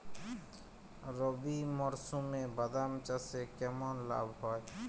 রবি মরশুমে বাদাম চাষে কেমন লাভ হয়?